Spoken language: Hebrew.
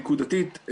נקודתית,